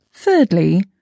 Thirdly